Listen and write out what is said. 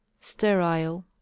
Sterile